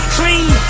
clean